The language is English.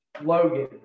Logan